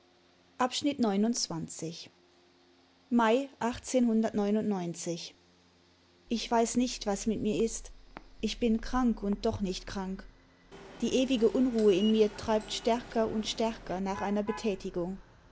glaube mai ich weiß nicht was mit mir ist ich bin krank und doch nicht krank die ewige unruhe in mir treibt stärker und stärker nach einer betätigung